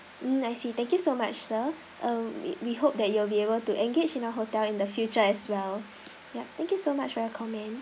mm I see thank you so much sir err we we hope that you will be able to engage in our hotel in the future as well yup thank you so much for your comment